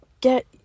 Get